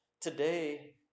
Today